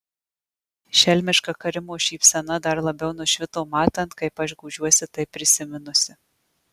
šelmiška karimo šypsena dar labiau nušvito matant kaip aš gūžiuosi tai prisiminusi